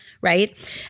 Right